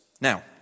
Now